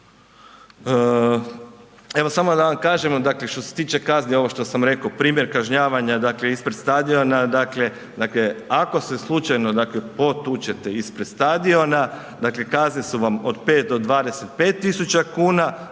Evo samo da vam kažem, dakle što se tiče kazni ovo što sam rekao primjer kažnjavanja ispred stadiona, dakle ako se slučajno potučete ispred stadiona, dakle kazne su vam od 5 do 25.000 kuna,